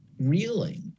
reeling